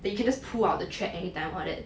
then you can just pull out the thread anytime all that